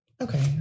okay